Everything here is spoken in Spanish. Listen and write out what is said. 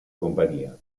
compañía